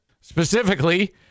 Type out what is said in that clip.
Specifically